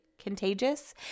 Contagious